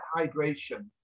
hydration